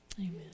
Amen